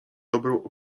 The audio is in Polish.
dobrą